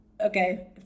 okay